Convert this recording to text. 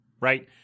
right